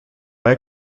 bei